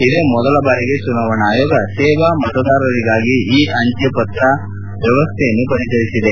ಇದೇ ಮೊದಲ ಬಾರಿಗೆ ಚುನಾವಣಾ ಆಯೋಗ ಸೇವಾ ಮತದಾರರಿಗಾಗಿ ಇ ಅಂಜೆ ಮತಪತ್ರ ವ್ಯವಸ್ಥೆಯನ್ನು ಪರಿಚಯಿಸಿದೆ